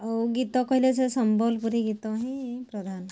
ଆଉ ଗୀତ କହିଲେ ସେ ସମ୍ବଲପୁରୀ ଗୀତ ହିଁ ପ୍ରଧାନ